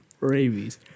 rabies